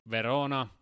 Verona